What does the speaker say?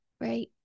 right